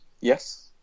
yes